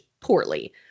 poorly